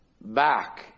Back